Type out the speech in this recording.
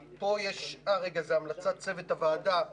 אה, רגע, זה המלצת צוות הוועדה.